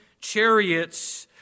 chariots